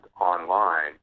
online